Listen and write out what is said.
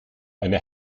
eine